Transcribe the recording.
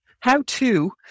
how-to